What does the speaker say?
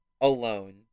alone